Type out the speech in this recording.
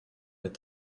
est